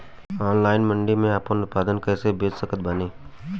Online मंडी मे आपन उत्पादन कैसे बेच सकत बानी?